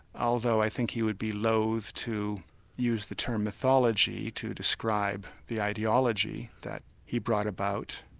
although i think he would be loath to use the term mythology to describe the ideology that he brought about.